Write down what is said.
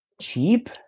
cheap